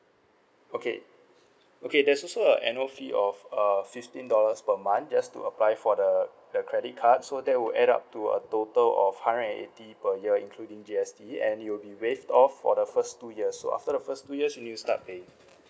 okay okay there's also a annual fee of uh fifteen dollars per month just to apply for the the credit card so that would add up to a total of hundred eighty per year including G_S_T and it will be waived off for the first two years so after the first two years you need to start paying